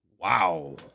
Wow